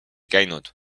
käinud